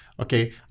Okay